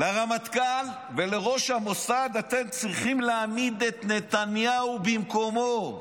לרמטכ"ל ולראש המוסד: אתם צריכים להעמיד את נתניהו במקומו.